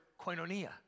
koinonia